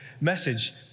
message